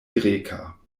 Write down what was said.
greka